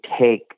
take